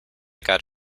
got